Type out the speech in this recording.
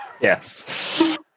Yes